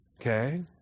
Okay